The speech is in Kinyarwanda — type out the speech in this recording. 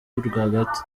rwagati